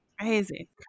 Crazy